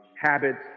habits